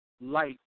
light